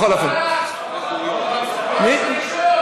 בכל אופן, ראש וראשון, מי?